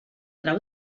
trau